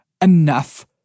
enough